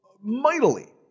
mightily